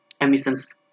emissions